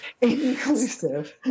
inclusive